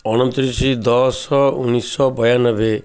ଅଣତିରିଶି ଦଶ ଉଣେଇଶି ଶହ ବୟାନବେ